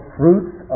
fruits